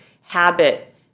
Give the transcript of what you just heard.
habit